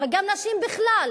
אבל גם נשים בכלל